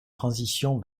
transition